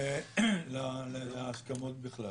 להסכמות בכלל.